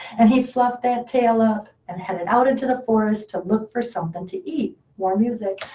and he fluffed that tail up and headed out into the forest to look for something to eat. more music.